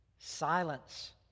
silence